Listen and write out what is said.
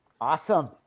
Awesome